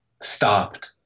stopped